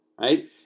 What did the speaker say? right